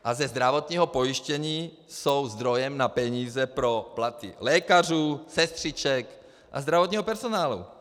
A ze zdravotního pojištění jsou zdrojem na peníze pro platy lékařů, sestřiček a zdravotního personálu.